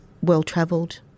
well-travelled